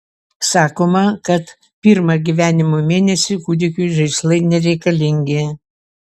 sakoma kad pirmą gyvenimo mėnesį kūdikiui žaislai nereikalingi